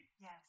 Yes